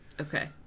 Okay